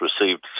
received